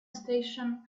station